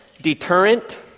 deterrent